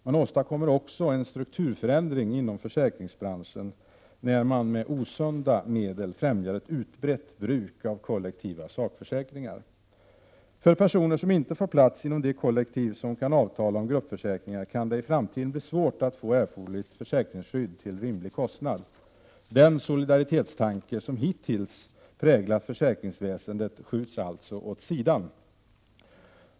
Man åstadkommer också en strukturförändring inom försäkringsbranschen när man med osunda medel främjar ett utbrett bruk av kollektiva sakförsäkringar. För personer som inte får plats inom de kollektiv som kan avtala om: gruppförsäkringar kan det i framtiden bli svårt att få erforderligt försäkringsskydd till rimlig kostnad. Den solidaritetstanke som hittills präglat försäkringsväsendet skjuts alltså åt sidan.